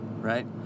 Right